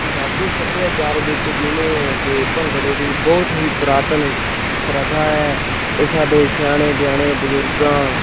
ਪੰਜਾਬੀ ਸੱਭਿਆਚਾਰ ਵਿੱਚ ਜਿਵੇਂ ਕਿ ਭੰਗੜੇ ਦੀ ਬਹੁਤ ਹੀ ਪੁਰਾਤਨ ਪ੍ਰਥਾ ਹੈ ਇਹ ਸਾਡੇ ਸਿਆਣੇ ਬਿਆਣੇ ਬਜ਼ੁਰਗਾਂ